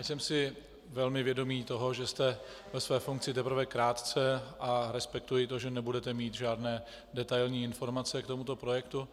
Jsem si velmi vědom toho, že jste ve své funkci teprve krátce, a respektuji to, že nebudete mít žádné detailní informace k tomuto projektu.